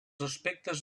aspectes